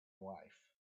wife